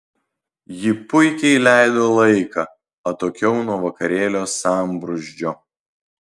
ji puikiai leido laiką atokiau nuo vakarėlio sambrūzdžio